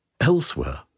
Elsewhere